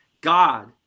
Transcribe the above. God